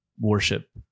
worship